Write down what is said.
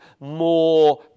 more